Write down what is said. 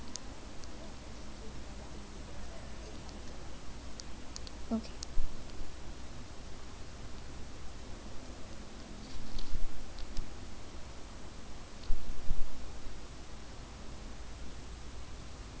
okay